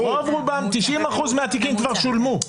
רוב רובם, 90% מהתיקים כבר שולמו.